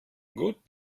gut